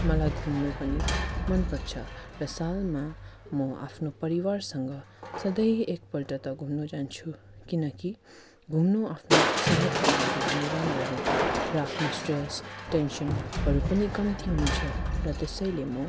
मलाई घुम्नु पनि मनपर्छ र सालमा म आफ्नो परिवारसँग सधैँ एकपल्ट त घुम्नु जान्छु किनकि घुम्नु आफ्नो सेहदको लागि पनि राम्रो हो र आफ्नो स्ट्रेस टेन्सनहरू पनि कम्ती हुन्छ र त्यसैले म